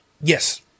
Yes